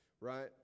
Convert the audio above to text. right